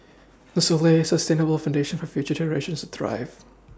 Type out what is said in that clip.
this will lay a sustainable foundation for future generations to thrive